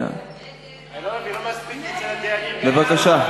לא מספיק, בבקשה.